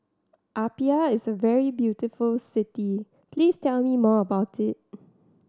Apia is a very beautiful city please tell me more about it